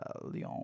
Lyon